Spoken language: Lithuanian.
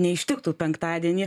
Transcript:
neištiktų penktadienį